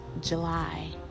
July